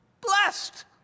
blessed